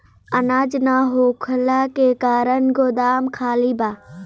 अनाज ना होखला के कारण गोदाम खाली बा